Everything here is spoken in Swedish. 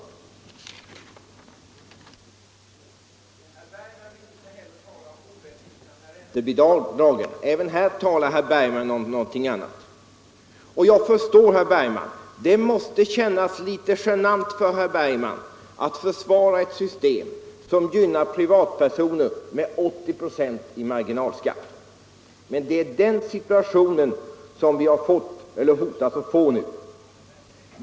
Herr Bergman vill inte heller tala om orättvisan med räntebidragen. Även här talar herr Bergman om någonting annat. Jag förstår herr Bergman. Det måste kännas litet genant för herr Bergman att försvara ett system som gynnar privatpersoner med 80 96 i marginalskatt. Men det är den situationen som vi har fått eller hotas av att få.